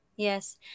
Yes